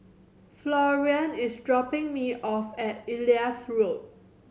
Florian is dropping me off at Elias Road